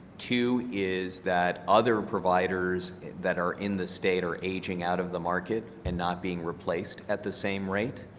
two is that other providers that are in the state are aging out of the market and not being replaced at the same rate.